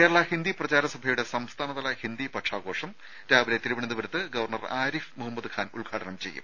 കേരള ഹിന്ദി പ്രചാര സഭയുടെ സംസ്ഥാന തല ഹിന്ദി പക്ഷാ ഘോഷം രാവിലെ തിരുവനന്തപുരത്ത് ഗവർണർ ആരിഫ് മുഹമ്മദ് ഖാൻ ഉദ്ഘാടനം ചെയ്യും